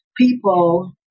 people